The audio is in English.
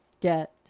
get